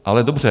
Ale dobře.